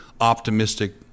optimistic